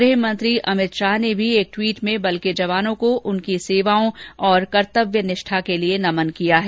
गृहमंत्री अमित शाह ने भी एक ट्वीट में बल के जवानों को उनकी सेवाओं और कर्तव्य निष्ठा के लिए नमन किया है